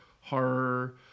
horror